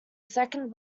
second